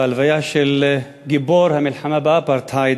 בהלוויה של גיבור המלחמה באפרטהייד